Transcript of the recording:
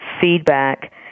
feedback